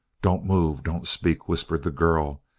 don't move, don't speak! whispered the girl.